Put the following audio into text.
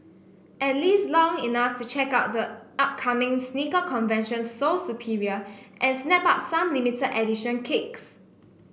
at least long enough to check out the upcoming sneaker convention Sole Superior and snap up some limited edition kicks